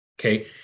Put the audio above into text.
Okay